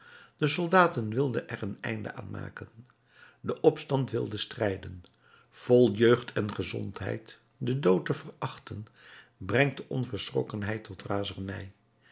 de soldaten wilden er een einde aan maken de opstand wilde strijden vol jeugd en gezondheid den dood te verachten brengt de onverschrokkenheid tot razernij